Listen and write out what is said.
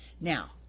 now